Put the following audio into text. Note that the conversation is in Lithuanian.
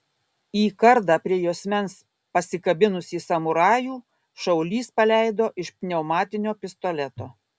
į kardą prie juosmens pasikabinusį samurajų šaulys paleido iš pneumatinio pistoleto